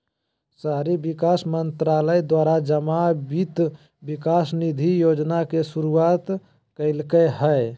शहरी विकास मंत्रालय द्वारा जमा वित्त विकास निधि योजना के शुरुआत कल्कैय हइ